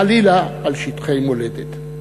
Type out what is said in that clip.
חלילה, על שטחי מולדת.